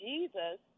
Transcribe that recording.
Jesus